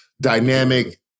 dynamic